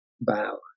bow